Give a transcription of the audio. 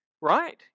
right